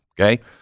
okay